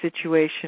situation